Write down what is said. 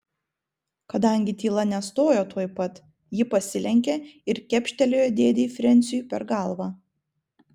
kadangi tyla nestojo tuoj pat ji pasilenkė ir kepštelėjo dėdei frensiui per galvą